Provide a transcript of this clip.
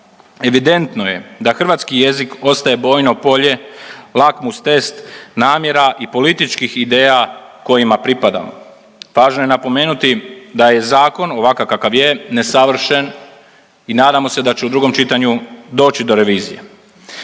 Evidentno je da hrvatski jezik ostaje bojno polje, lakmus test namjera i političkih ideja kojima pripadamo. Važno je napomenuti da je zakon ovakav kakav je nesavršen i nadamo se da će u drugom čitanju doći do revizije.